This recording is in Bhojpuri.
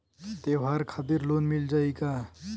त्योहार खातिर लोन मिल जाई का?